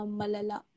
malala